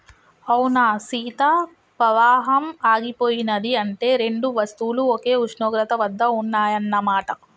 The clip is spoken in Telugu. అవునా సీత పవాహం ఆగిపోయినది అంటే రెండు వస్తువులు ఒకే ఉష్ణోగ్రత వద్ద ఉన్నాయన్న మాట